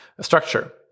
structure